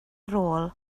rôl